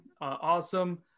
Awesome